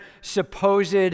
supposed